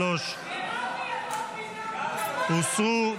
23 הוסרו.